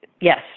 yes